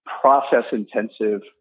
process-intensive